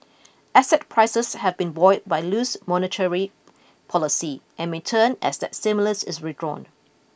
asset prices have been buoyed by loose monetary policy and may turn as that stimulus is withdrawn